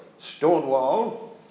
Stonewall